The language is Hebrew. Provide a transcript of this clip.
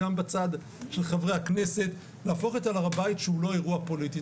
גם בצד של חברי הכנסת להפוך את הר הבית שהוא לא אירוע פוליטי.